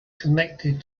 connected